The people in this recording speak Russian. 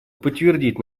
подтвердить